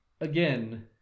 again